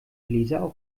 bläser